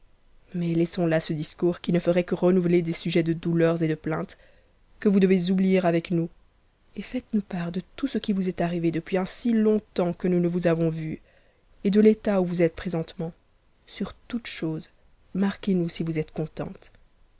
mais taissuns ta c dis om's qui ne w'nouveter des sujets de douleurs et de plaintes que vous devez oublier ycc nous et faites-nous part de tout ce qui vous est arrivé depuis un si tôt fonps que nous ne vous avons vue et de t'état où vous êtes présentptucnt sur toute chose marquez nous si vous êtes contente